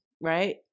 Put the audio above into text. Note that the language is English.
right